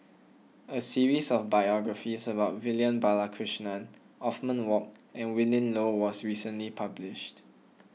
a series of biographies about Vivian Balakrishnan Othman Wok and Willin Low was recently published